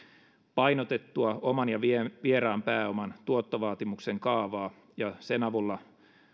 painotettua oman ja vieraan pääoman tuottovaatimuksen kaavaa ja sen avulla